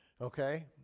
okay